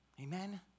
Amen